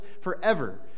forever